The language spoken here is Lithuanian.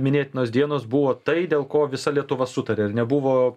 minėtinos dienos buvo tai dėl ko visa lietuva sutarė ir nebuvo